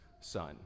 son